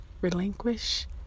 relinquish